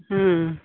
ಹ್ಞೂ